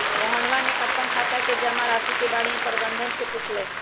मोहनवा ने अपन खाता के जमा राशि के बारें में प्रबंधक से पूछलय